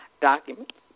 documents